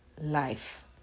life